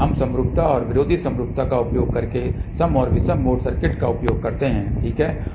हम समरूपता और विरोधी समरूपता का उपयोग करके सम और विषम मोड सर्किट का उपयोग करते हैं ठीक है